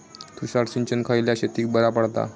तुषार सिंचन खयल्या शेतीक बरा पडता?